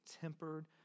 tempered